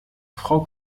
frau